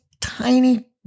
tiny